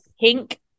pink